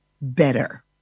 better